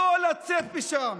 לא לצאת משם